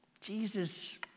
Jesus